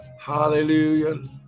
hallelujah